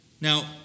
Now